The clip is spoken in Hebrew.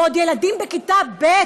ועוד בילדים בכיתה ב',